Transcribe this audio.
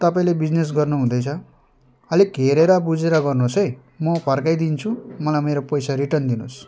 तपाईँले बिजिनेस गर्नु हुँदैछ अलिक हेरेर बुझेर गर्नु होस् है म फर्काइदिन्छु मलाई मेरो पैसा रिटर्न दिनु होस्